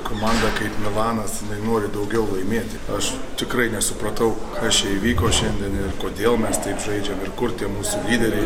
komanda kaip milanas jinai nori daugiau laimėti aš tikrai nesupratau kas čia įvyko šiandien ir kodėl mes taip žaidžiam ir kur tie mūsų lyderiai